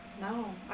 No